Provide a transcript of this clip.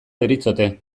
deritzote